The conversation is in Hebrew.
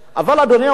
אדוני היושב-ראש,